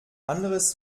anderes